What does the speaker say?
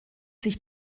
sich